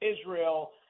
Israel